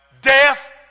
Death